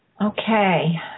Okay